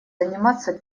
заниматься